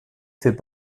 fait